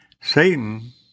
Satan